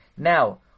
Now